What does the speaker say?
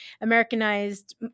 Americanized